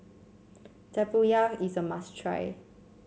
tempoyak is a must try